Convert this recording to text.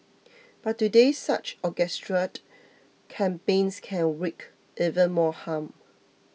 but today such orchestrated campaigns can wreak even more harm